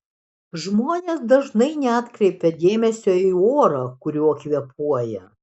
žmonės dažnai neatkreipia dėmesio į orą kuriuo kvėpuoja